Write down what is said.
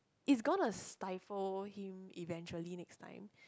it's gonna stifle him eventually next time